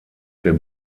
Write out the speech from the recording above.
der